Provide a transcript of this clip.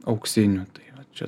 auksiniu tai vat čia